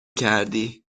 کردی